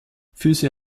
füße